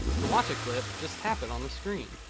to watch a clip, just tap it on the screen.